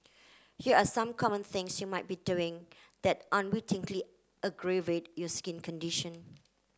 here are some common things you might be doing that unwittingly aggravate you skin condition